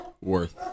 worth